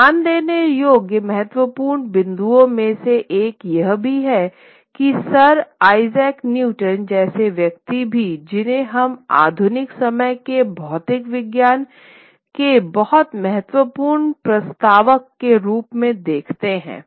ध्यान देने योग्य महत्वपूर्ण बिंदुओं में से एक यह भी है कि सर आइजैक न्यूटन जैसे व्यक्ति भी जिन्हें हम आधुनिक समय के भौतिक विज्ञान के बहुत महत्वपूर्ण प्रस्तावक के रूप में देखते हैं